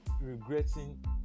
regretting